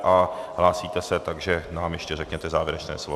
A hlásíte se, takže nám ještě řekněte závěrečné slovo.